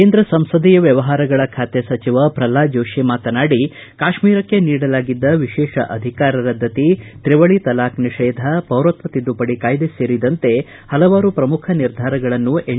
ಕೇಂದ್ರ ಸಂಸದೀಯ ವ್ಯವಹಾರಗಳ ಖಾತೆ ಸಚಿವ ಪ್ರಲ್ನಾದ ಜೋಶಿ ಮಾತನಾಡಿ ಕಾಶ್ಮೀರಕ್ಕೆ ನೀಡಲಾಗಿದ್ದ ವಿಶೇಷ ಅಧಿಕಾರ ರದ್ಧಿತಿ ತ್ರಿವಳಿ ತಲಾಕ್ ನಿಷೇಧ ಪೌರತ್ವ ತಿದ್ದುಪಡಿ ಕಾಯ್ದೆ ಸೇರಿದಂತೆ ಪಲವಾರು ಪ್ರಮುಖ ನಿರ್ಧಾರಗಳನ್ನು ಎನ್